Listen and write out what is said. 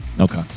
Okay